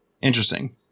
Interesting